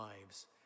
lives